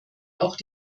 auch